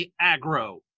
aggro